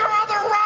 other